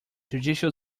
judicial